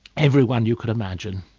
everyone you could imagine.